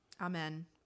amen